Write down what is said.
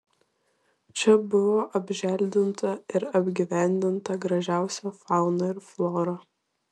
čia buvo apželdinta ir apgyvendinta gražiausia fauna ir flora